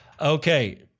Okay